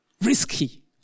risky